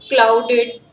clouded